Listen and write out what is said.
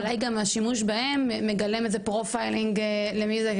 שאולי גם השימוש בהם מגלם איזה "פרופיילינג" למי זה כן,